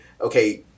okay